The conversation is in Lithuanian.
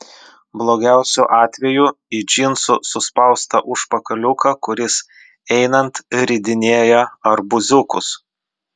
blogiausiu atveju į džinsų suspaustą užpakaliuką kuris einant ridinėja arbūziukus